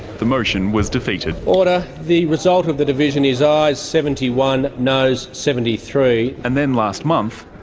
the motion was defeated. order. the result of the division is ayes seventy one, nos seventy three. and then last month,